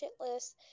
shitless